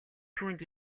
түүнд